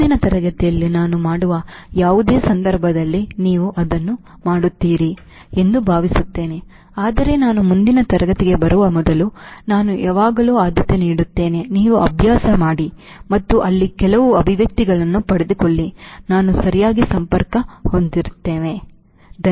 ಮುಂದಿನ ತರಗತಿಯಲ್ಲಿ ನಾನು ಮಾಡುವ ಯಾವುದೇ ಸಂದರ್ಭದಲ್ಲಿ ನೀವು ಅದನ್ನು ಮಾಡುತ್ತೀರಿ ಎಂದು ನಾನು ಭಾವಿಸುತ್ತೇನೆ ಆದರೆ ನಾನು ಮುಂದಿನ ತರಗತಿಗೆ ಬರುವ ಮೊದಲು ನಾನು ಯಾವಾಗಲೂ ಆದ್ಯತೆ ನೀಡುತ್ತೇನೆ ನೀವು ಅಭ್ಯಾಸ ಮಾಡಿ ಮತ್ತು ಅಲ್ಲಿ ಕೆಲವು ಅಭಿವ್ಯಕ್ತಿಗಳನ್ನು ಪಡೆದುಕೊಳ್ಳಿ ನಾವು ಸರಿಯಾಗಿ ಸಂಪರ್ಕ ಹೊಂದಿದ್ದೇವೆ